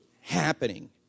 happening